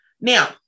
Now